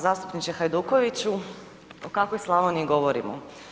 Zastupniče Hajdukoviću, o kakvoj Slavoniji govorimo?